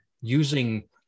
using